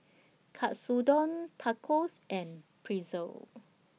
Katsudon Tacos and Pretzel